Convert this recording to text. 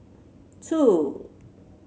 two